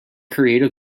creative